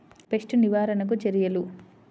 Pest నివారణకు చర్యలు?